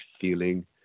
feeling